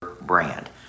brand